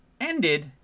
ended